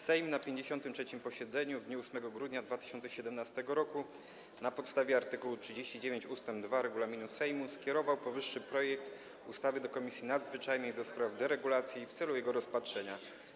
Sejm na 53. posiedzeniu w dniu 8 grudnia 2017 r. na podstawie art. 39 ust. 2 regulaminu Sejmu skierował powyższy projekt ustawy do Komisji Nadzwyczajnej do spraw deregulacji w celu jego rozpatrzenia.